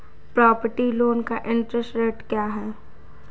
Property loan का interest rate क्या है?